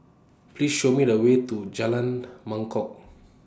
Please Show Me The Way to Jalan Mangkok